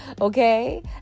okay